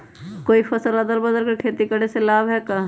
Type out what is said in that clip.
कोई फसल अदल बदल कर के खेती करे से लाभ है का?